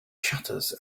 shutters